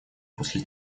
после